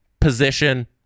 position